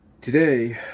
Today